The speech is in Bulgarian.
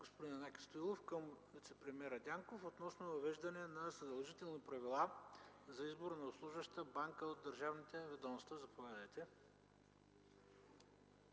господин Янаки Стоилов към вицепремиера Дянков относно въвеждане на задължителни правила за избор на обслужваща банка от държавните ведомства. Заповядайте.